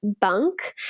bunk